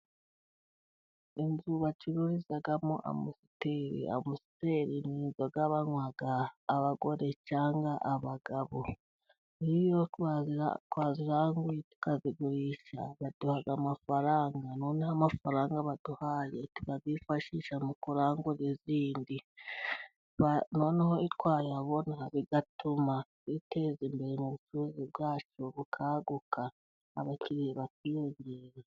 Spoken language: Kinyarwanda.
Inzu bacururizamo amusiteri, amusiteri ni inzoga banywa; abagore cyangwa abagabo. Iyo twaziranguye tukazigurisha baduhaha amafaranga, noneho amafaranga baduhaye tukayifashisha mu kurangura izindi, noneho twayabona bigatuma twi teza imbere mu bucuruzi bwacu, bukanguka abakiriya bakiyongera.